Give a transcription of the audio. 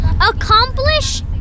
Accomplish